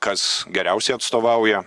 kas geriausiai atstovauja